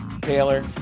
Taylor